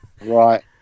Right